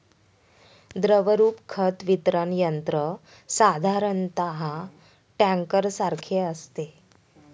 द्रवरूप खत वितरण यंत्र साधारणतः टँकरसारखे असते